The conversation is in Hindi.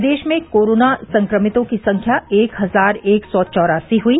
प्रदेश में कोरोना संक्रमितों की संख्या एक हजार एक सौ चौरासी हुई